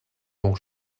dont